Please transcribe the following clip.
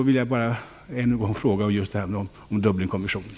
För dagen gäller min fråga än en gång Dublinkonventionen.